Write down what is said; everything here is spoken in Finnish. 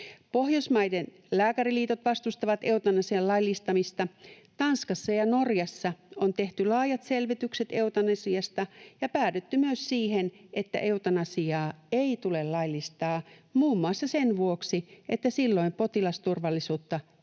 Pohjoismaiden lääkäriliitot vastustavat eutanasian laillistamista. Tanskassa ja Norjassa on tehty laajat selvitykset eutanasiasta ja päädytty myös siihen, että eutanasiaa ei tule laillistaa muun muassa sen vuoksi, että silloin potilasturvallisuutta ei